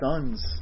sons